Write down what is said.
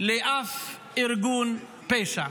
לאף ארגון פשע.